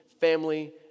family